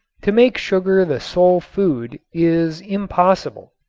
to make sugar the sole food is impossible.